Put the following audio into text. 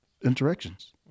interactions